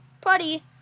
putty